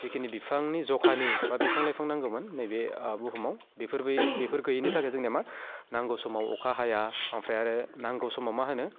जिखिनि बिफांनि ज'खानि बा बिफां लाइफां नांगौमोन नैबे बुहुमाव बेफोर बै बेफोर गैयिनि थाखाय जोंनिया मा नांगौ समाव अखा हाया ओमफ्राय आरो नांगौ समाव मा होनो